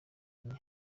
enye